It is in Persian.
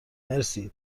مرسی